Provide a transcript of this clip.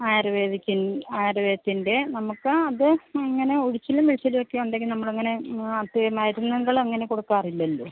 ആയുർവേദിക്കി ആയുർവേദത്തിൻ്റെ നമുക്കത് ഇങ്ങനെ ഉഴിച്ചിലും പിഴിച്ചിലൊക്കെയുണ്ടെങ്കിൽ നമ്മളങ്ങനെ അധികം മരുന്നുകളങ്ങനെ കൊടുക്കാറില്ലല്ലോ